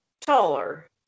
taller